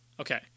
Okay